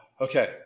okay